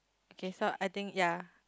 okay so I think ya